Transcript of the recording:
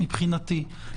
מבחינת לוחות זמנים,